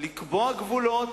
לקבוע גבולות,